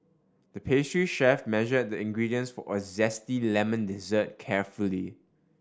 the pastry chef measured the ingredients for a zesty lemon dessert carefully